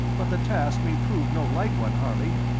but the task may prove no light one, harley.